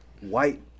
White